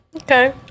Okay